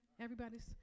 everybody's